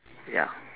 ya